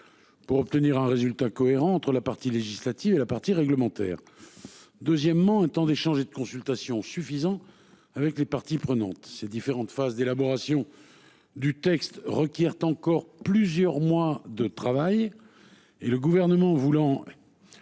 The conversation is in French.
Pour obtenir un résultat cohérent entre la partie législative et la partie réglementaire. Deuxièmement, un temps d'échange et de consultation suffisant avec les parties prenantes ces différentes phases d'élaboration du texte requièrent encore plusieurs mois de travail. Et le gouvernement voulant.